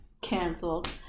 Canceled